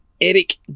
Eric